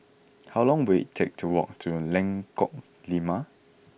how long will it take to walk to Lengkok Lima